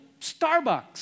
Starbucks